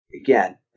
Again